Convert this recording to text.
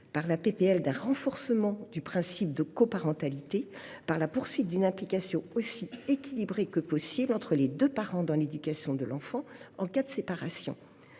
celui d’un renforcement du principe de coparentalité par la poursuite d’une implication aussi équilibrée que possible entre les deux parents dans l’éducation de l’enfant en cas de séparation.